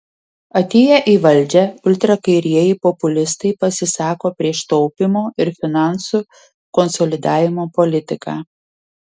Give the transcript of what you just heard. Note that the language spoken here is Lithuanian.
atėję į valdžią ultrakairieji populistai pasisako prieš taupymo ir finansų konsolidavimo politiką